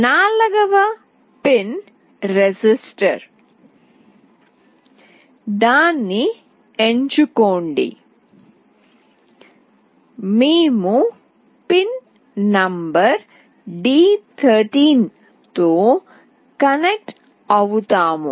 నాల్గవ pin register దాన్ని ఎంచుకోండి మేము పిన్ నంబర్ d13 తో కనెక్ట్ అవుతాము